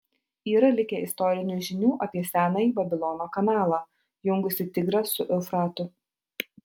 yra likę istorinių žinių apie senąjį babilono kanalą jungusį tigrą su eufratu